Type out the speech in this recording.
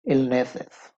illnesses